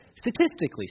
Statistically